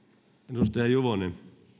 arvoisa herra